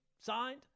signed